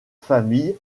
famille